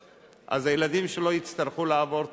הילדים שלו יצטרכו לעבור טראומה?